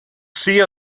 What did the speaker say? see